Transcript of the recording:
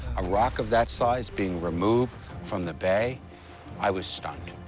a rock of that size being removed from the bay i was stunned.